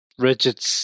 rigid